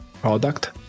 Product